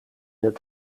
het